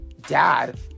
dad